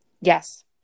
Yes